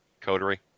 Coterie